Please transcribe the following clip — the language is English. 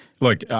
Look